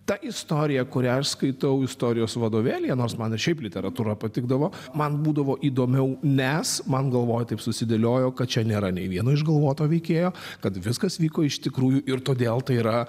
ta istorija kurią aš skaitau istorijos vadovėlyje nors man ir šiaip literatūra patikdavo man būdavo įdomiau nes man galvoj taip susidėliojo kad čia nėra nei vieno išgalvoto veikėjo kad viskas vyko iš tikrųjų ir todėl tai yra